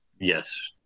Yes